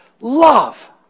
Love